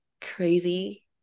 crazy